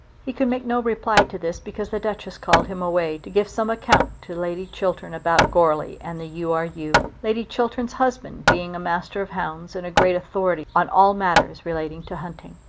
he could make no reply to this because the duchess called him away to give some account to lady chiltern about goarly and the u. r. u, lady chiltern's husband being a master of hounds and a great authority on all matters relating to hunting.